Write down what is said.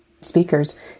speakers